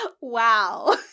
Wow